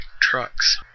trucks